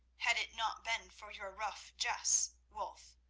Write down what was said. had it not been for your rough jests, wulf,